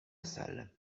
salle